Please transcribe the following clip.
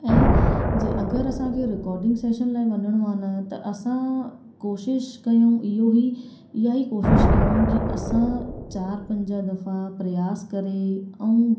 ऐं जीअं अगरि असांखे रिकॉडिंग सैशन लाइ वञिणो आहे न त असां कोशिश कयूं इहो ई इहा ई कोशिश कयूं कि असां चारि पंज दफ़ा प्रयास करे ऐं